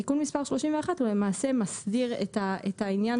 תיקון מספר 31 הוא למעשה מסדיר את העניין